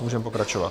Můžeme pokračovat.